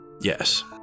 Yes